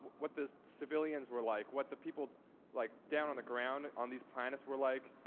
what the civilians were like, what the people like down on the ground on these planets were like.